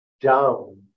down